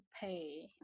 pay